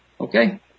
Okay